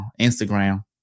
Instagram